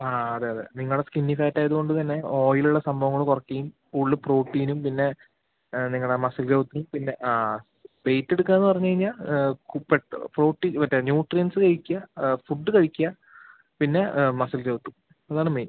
ആ അതെ അതെ നിങ്ങളെ സ്ക്കിന്നി ഫാറ്റ് ആയതുകൊണ്ട് തന്നെ ഓയിൽ ഉള്ള സംഭവങ്ങൾ കുറയ്ക്കുകയും ഫുള്ള് പ്രോട്ടീനും പിന്നെ നിങ്ങളെ മസിൽ ഗ്രോത്തും പിന്നെ ആ വെയിറ്റ് എടുക്കുകയെന്ന് പറഞ്ഞു കഴിഞ്ഞാൽ പ്രോട്ടീൻ മറ്റെ ന്യൂട്രിയൻസ് കഴിക്കുക ഫുഡ് കഴിക്കുക പിന്നെ മസിൽ ഗ്രോത്തും അതാണ് മെയിൻ